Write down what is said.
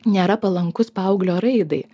nėra palankus paauglio raidai